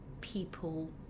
people